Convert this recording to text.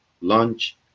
lunch